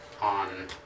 on